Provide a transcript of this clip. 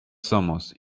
somos